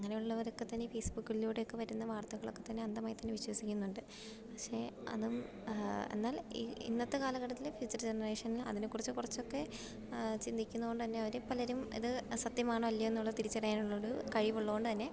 അങ്ങനെയുള്ളവരൊക്കെ തന്നെ ഫേസ്ബുക്കിലൂടെയൊക്കെ വരുന്ന വർത്തകളൊക്കെ തന്നെ അന്ധമായി തന്നെ വിശ്വസിക്കുന്നുണ്ട് പക്ഷെ അതും എന്നാൽ ഇന്നത്തെ കാലഘട്ടത്തിൽ ഫ്യൂച്ചർ ജനറേഷനിൽ അതിനെക്കുറിച്ച് കുറച്ചൊക്കെ ചിന്തിക്കുന്നതു കൊണ്ടു തന്നെ അവരിൽ പലരും ഇത് സത്യമാണോ അല്ലയോ എന്നുള്ള തിരിച്ചറിയാനുള്ളൊരു കഴിവുള്ളതു കൊണ്ടു തന്നെ